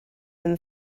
them